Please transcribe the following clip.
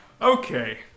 Okay